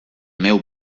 meu